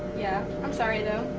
yeah, i'm sorry though.